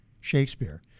Shakespeare